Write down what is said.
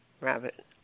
rabbit